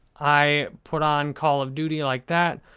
i put on call of duty like that.